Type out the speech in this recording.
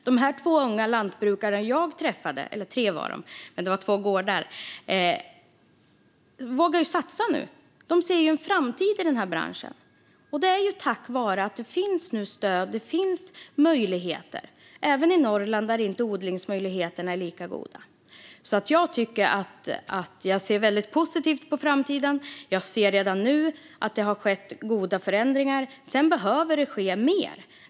De tre unga lantbrukare som jag träffade på två olika gårdar vågar satsa nu. De ser en framtid i denna bransch tack vare att det nu finns stöd och möjligheter, även i Norrland där odlingsmöjligheterna inte är lika goda. Jag ser därför mycket positivt på framtiden. Jag ser redan nu att det har skett goda förändringar. Sedan behöver det ske mer.